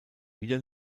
wieder